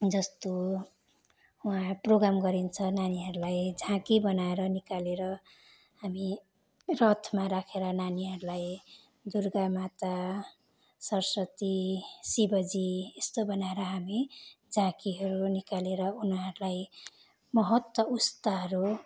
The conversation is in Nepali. जस्तो उहाँ प्रोग्राम गरिन्छ नानीहरूलाई झाँकी बनाएर निकालेर हामी रथमा राखेर नानीहरूलाई दुर्गामाता सरस्वती शिवजी यस्तो बनाएर हामी झाँकीहरू निकालेर उनीहरूलाई बहुत उस्ताहरू